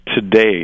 today